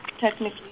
technically